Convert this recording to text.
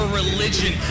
religion